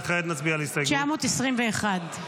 וכעת נצביע על הסתייגות --- 921.